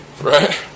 Right